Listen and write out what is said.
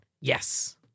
Yes